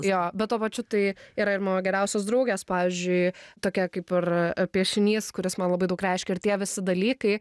jo bet tuo pačiu tai yra ir mano geriausios draugės pavyzdžiui tokia kaip ir piešinys kuris man labai daug reiškia ir tie visi dalykai